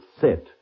set